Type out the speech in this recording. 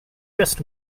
just